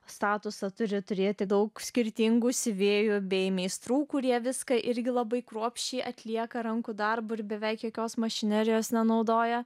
statusą turi turėti daug skirtingų siuvėjų bei meistrų kurie viską irgi labai kruopščiai atlieka rankų darbo ir beveik jokios mašinerijos nenaudoja